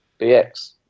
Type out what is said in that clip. BX